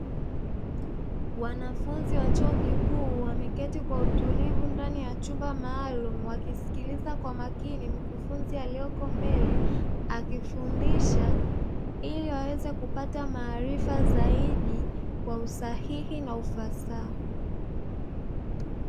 Wanafunzi wa chuo kikuu wameketi kwa utulivu ndani ya chumba maalumu wakisikiliza kwa makini mkufunzi alioko mbele akifundisha ili waweze kupata maarifa zaidi kwa usahihi na ufasaha.